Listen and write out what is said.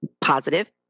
positive